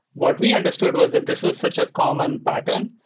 what we understood was that this was such a common pattern,